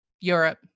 Europe